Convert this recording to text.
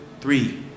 three